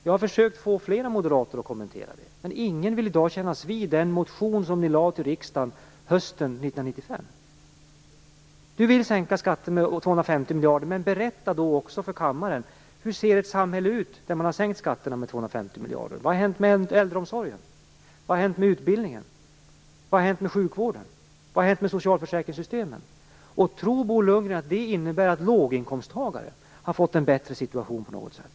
Jag har försökt att få flera moderater att kommentera det. Men ingen vill i dag kännas vid den motion som ni väckte i riksdagen hösten 1995. Bo Lundgren vill sänka skatterna med 250 miljarder. Men berätta då också för kammaren hur ett samhälle ser ut där man har sänkt skatterna med 250 miljarder. Vad har hänt med äldreomsorgen? Vad har hänt med utbildningen? Vad har hänt med sjukvården? Vad har hänt med socialförsäkringssystemen? Tror Bo Lundgren att det innebär att låginkomsttagare har fått en bättre situation på något sätt?